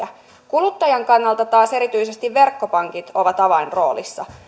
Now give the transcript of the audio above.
kuluttajan kannalta taas erityisesti verkkopankit ovat avainroolissa